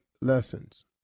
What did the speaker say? Lessons